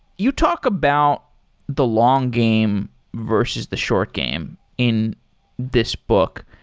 you talk about the long game versus the short game in this book.